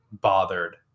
bothered